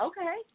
Okay